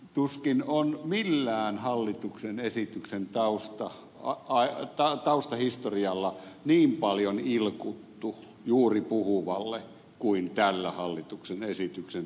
tuskin on millään hallituksen esityksen taustahistorialla niin paljon ilkuttu juuri puhuvalle kuin tällä hallituksen esityksen taustahommalla